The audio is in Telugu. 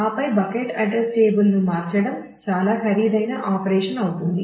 ఆపై బకెట్ అడ్రస్ టేబుల్ ను మార్చడం చాలా ఖరీదైన ఆపరేషన్ అవుతుంది